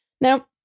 Now